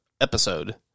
episode